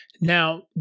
Now